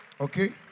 Okay